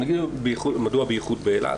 מדוע ביחוד באילת?